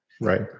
Right